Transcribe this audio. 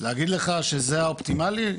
להגיד לך שזה האופטימלי?